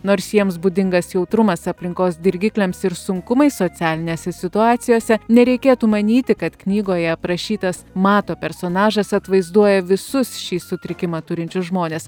nors jiems būdingas jautrumas aplinkos dirgikliams ir sunkumai socialinėse situacijose nereikėtų manyti kad knygoje aprašytas mato personažas atvaizduoja visus šį sutrikimą turinčius žmones